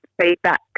feedback